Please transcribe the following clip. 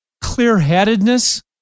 clear-headedness